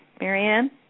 Marianne